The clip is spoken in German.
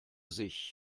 sich